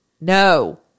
No